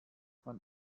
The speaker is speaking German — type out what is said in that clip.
man